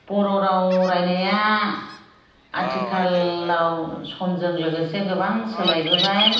बर'राव रायनाया अथिखालाव समजों लोगोसे गोबां सोलायबोबाय